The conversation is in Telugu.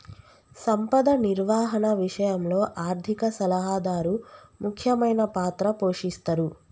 సంపద నిర్వహణ విషయంలో ఆర్థిక సలహాదారు ముఖ్యమైన పాత్ర పోషిస్తరు